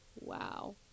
wow